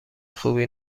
خوبی